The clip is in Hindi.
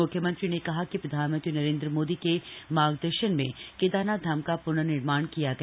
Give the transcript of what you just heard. मुख्यमंत्री ने कहा कि प्रधानमंत्री नरेन्द्र मोदी के मार्गदर्शन में केदारनाथ धाम का पूनर्निर्माण किया गया